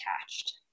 attached